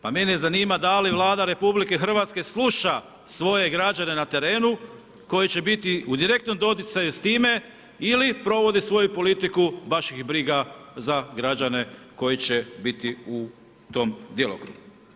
Pa mene zanima da li Vlada RH sluša svoje građane na terenu koji će biti u direktnom doticaju s time ili provode svoju politiku, baš ih briga za građane koji će biti u tom djelokrugu?